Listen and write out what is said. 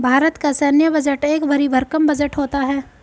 भारत का सैन्य बजट एक भरी भरकम बजट होता है